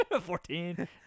Fourteen